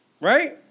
right